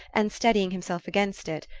and steadying himself against it,